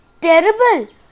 terrible